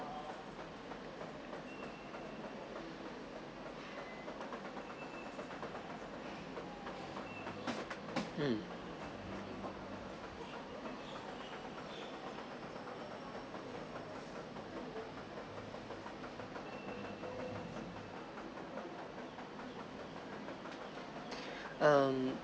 um hmm